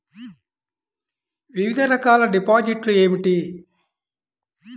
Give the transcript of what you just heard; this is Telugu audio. వివిధ రకాల డిపాజిట్లు ఏమిటీ?